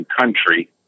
country